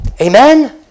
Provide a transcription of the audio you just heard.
Amen